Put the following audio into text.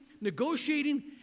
negotiating